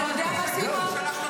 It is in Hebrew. אתה יודע מה, סימון?